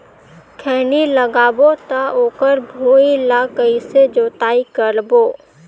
खैनी लगाबो ता ओकर भुईं ला कइसे जोताई करबो?